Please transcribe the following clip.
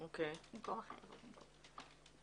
רציתי להעיר באופן כללי לגבי כל ההסדר שנקבע שכרגע